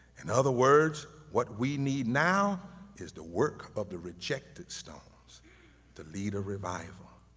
in other words, what we need now is the work of the rejected stones to lead a revival,